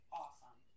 awesome